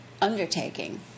undertaking